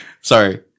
sorry